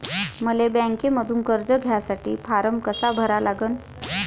मले बँकेमंधून कर्ज घ्यासाठी फारम कसा भरा लागन?